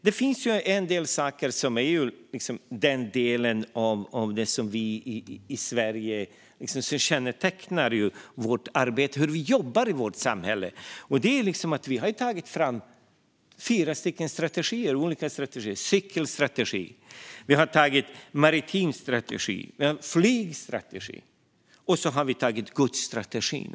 Det finns dock en del saker som kännetecknar hur vi jobbar i vårt samhälle, och det är att vi har tagit fram fyra strategier. Det är cykelstrategin, och det är en maritim strategi. Vi har tagit fram en flygstrategi, och vi har tagit fram godsstrategin.